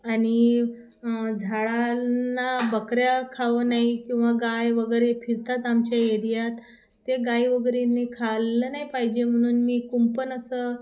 आणि झाडांना बकऱ्या खावं नाही किंवा गाय वगैरे फिरतात आमच्या एरियात ते गाय वगैरेनी खाल्लं नाही पाहिजे म्हणून मी कुंपण असं